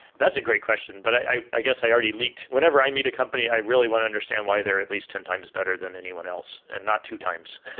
that's a great question. but i i guess, i already leaked. whenever i meet a company, i really want to understand why they're at least ten times better than anyone else and not two times.